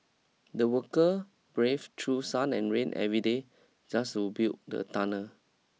the worker brave through sun and rain every day just to build the tunnel